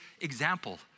example